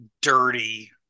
dirty